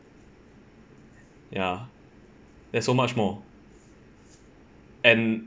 yeah there's so much more and